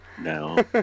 no